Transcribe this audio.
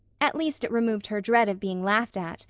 at least it removed her dread of being laughed at,